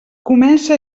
comença